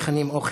מכנים אוכל.